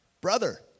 brother